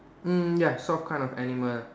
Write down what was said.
mm ya soft kind of animal